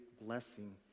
blessing